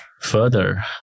further